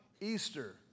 Easter